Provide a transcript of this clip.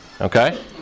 Okay